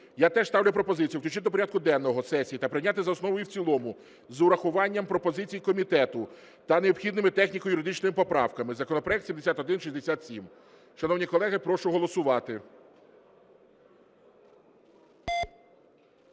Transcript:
Я теж ставлю пропозицію включити до порядку денного сесії та прийняти за основу і в цілому з врахуванням пропозицій комітету та необхідними техніко-юридичними поправками. Законопроект 7167. Шановні колеги, прошу голосувати.